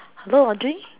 hello Audrey